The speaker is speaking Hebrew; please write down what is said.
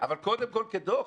אבל קודם כל כדוח,